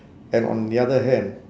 and on the other hand